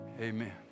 amen